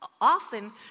often